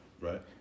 Right